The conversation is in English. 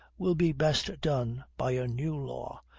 will be best done by a new law,